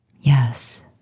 Yes